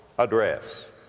Address